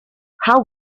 how